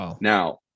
Now